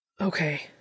Okay